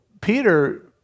Peter